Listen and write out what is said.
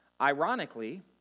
Ironically